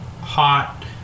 hot